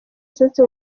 aherutse